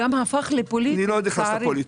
אני לא נכנס לפוליטי.